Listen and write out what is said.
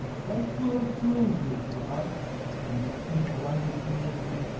life flows smoothly for us in this pink lighted community.